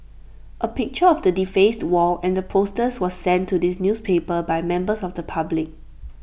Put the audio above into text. A picture of the defaced wall and the posters was sent to this newspaper by members of the public